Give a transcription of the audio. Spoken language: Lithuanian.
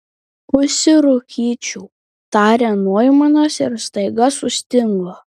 užsirūkyčiau tarė noimanas ir staiga sustingo